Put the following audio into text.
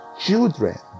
Children